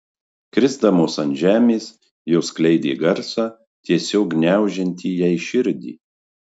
krisdamos ant žemės jos skleidė garsą tiesiog gniaužiantį jai širdį